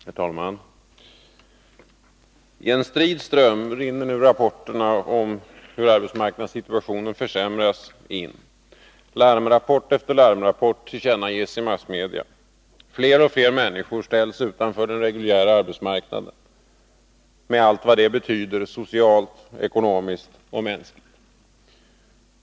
Herr talman! I en strid ström rinner nu rapporterna in om hur arbetsmarknadssituationen försämras. Larmrapport efter larmrapport tillkännages i massmedia. Fler och fler människor ställs utanför den reguljära arbetsmarknaden med allt vad det betyder socialt, ekonomiskt och mänskligt.